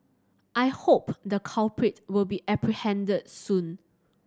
I hope the culprit will be apprehended soon